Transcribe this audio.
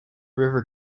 river